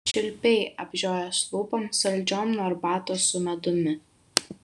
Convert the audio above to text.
čiulpei apžiojęs lūpom saldžiom nuo arbatos su medumi